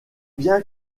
bien